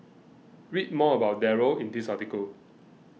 read more about Darryl in this article